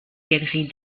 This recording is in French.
galeries